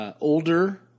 Older